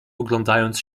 oglądając